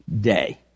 day